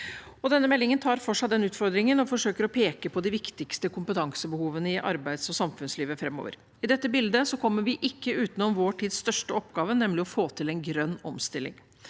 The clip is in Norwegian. Denne meldingen tar for seg den utfordringen og forsøker å peke på de viktigste kompetansebehovene i arbeids- og samfunnslivet framover. I dette bildet kommer vi ikke utenom vår tids største oppgave, nemlig å få til en grønn omstilling.